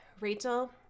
Rachel